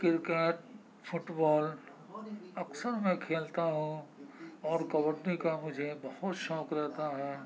cricket football اکثر میں کھیلتا ہوں اور کبڈی کا مجھے بہت شوق رہتا ہے